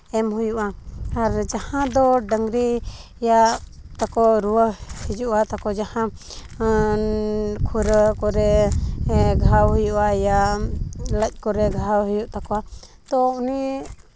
ᱮᱢ ᱦᱩᱭᱩᱜᱼᱟ ᱟᱨ ᱡᱟᱦᱟᱸ ᱫᱚ ᱰᱟᱝᱨᱤᱭᱟᱜ ᱛᱟᱠᱚ ᱨᱩᱣᱟᱹ ᱦᱤᱡᱩᱜᱼᱟ ᱛᱟᱠᱚ ᱡᱟᱦᱟᱸ ᱠᱷᱩᱨᱟᱹ ᱠᱚᱨᱮ ᱨᱟᱱ ᱦᱩᱭᱩᱜᱼᱟ ᱭᱟ ᱞᱟᱡ ᱠᱚᱨᱮᱜ ᱜᱷᱟᱣ ᱦᱩᱭᱩᱜ ᱛᱟᱠᱚᱣᱟ ᱛᱚ ᱩᱱᱤ